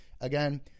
again